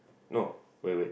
no wait wait